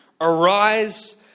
arise